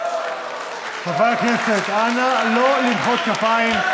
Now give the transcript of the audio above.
נגד חברי הכנסת, נא לא למחוא כפיים.